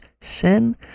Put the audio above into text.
sin